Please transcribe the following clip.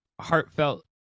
heartfelt